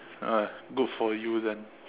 ah good for you then